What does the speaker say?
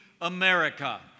America